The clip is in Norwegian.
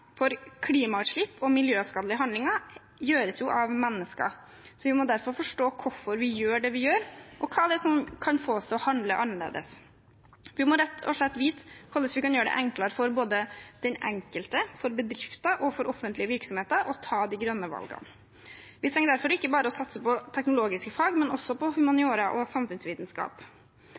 Klimautslipp og miljøskadelige handlinger gjøres jo av mennesker. Vi må derfor forstå hvorfor vi gjør det vi gjør, og hva som kan få oss til å handle annerledes. Vi må rett og slett vite hvordan vi kan gjøre det enklere både for den enkelte, for bedrifter og for offentlige virksomheter å ta de grønne valgene. Vi trenger derfor ikke å satse bare på teknologiske fag, men også på humaniora og samfunnsvitenskap.